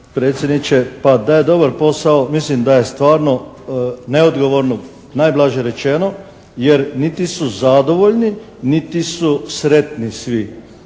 predsjedniče. Pa da je dobar posao, mislim da je stvarno neodgovorno, najblaže rečeno jer niti su zadovoljni niti su sretni svi